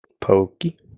pokey